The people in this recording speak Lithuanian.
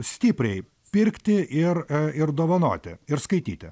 stipriai pirkti ir ir dovanoti ir skaityti